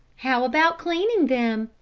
how about cleaning them?